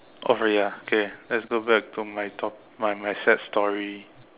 off already ah okay let's go back to my to~ my my sad story